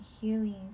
healing